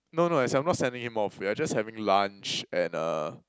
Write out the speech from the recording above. no no as in I'm not sending him off we're just having lunch and uh